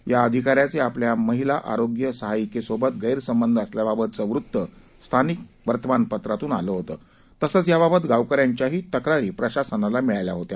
या अधिकाऱ्याचे आपल्या महिला आरोग्य सहाय्यकीसोबत गैर संबंध असल्याबाबतचं वृत्त स्थानिक वर्तमानपत्रात आलं होतं तसंच याबाबत गावकऱ्यांच्याही तक्रारी प्रशासनाला मिळाल्या होत्या